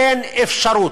אין אפשרות,